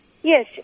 Yes